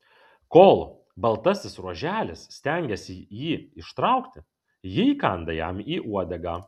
kol baltasis ruoželis stengiasi jį ištraukti ji įkanda jam į uodegą